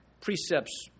precepts